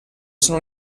sono